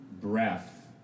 breath